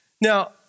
Now